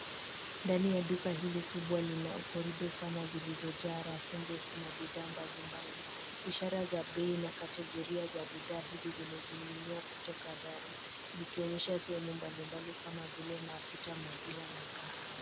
Ndani ya duka hili kubwa lina korido pana zilizojaa rafu ndefu na bidhaa mbalimbali. Ishara za bei na kategoria za bidhaa hizi zimening'inia kutoka dari zikionyesha sehemu mbalimbali kama vile mafuta, maziwa na kahawa.